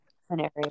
scenario